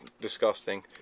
disgusting